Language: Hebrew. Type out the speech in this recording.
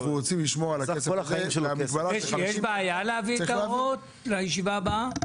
יש בעיה להביא את ההוראות לישיבה הבאה?